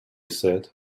said